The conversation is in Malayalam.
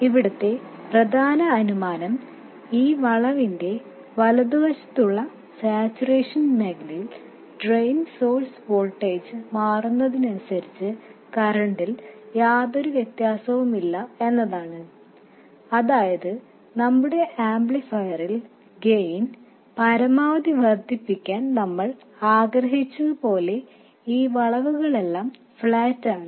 ഇവിടത്തെ പ്രധാന അനുമാനം ഈ വളവിന്റെ വലതുവശത്തുള്ള സാച്ചുറേഷൻ മേഖലയിൽ ഡ്രെയിൻ സോഴ്സ് വോൾട്ടേജ് മാറുന്നതിനനുസരിച്ച് കറൻറിൽ യാതൊരു വ്യത്യാസവുമില്ല എന്നതാണ് അതായത് നമ്മുടെ ആംപ്ലിഫയറിൽ ഗെയിൻ പരമാവധി വർദ്ധിപ്പിക്കാൻ നമ്മൾ ആഗ്രഹിച്ചതുപോലെ ഈ വളവുകളെല്ലാം ഫ്ലാറ്റ് ആണ്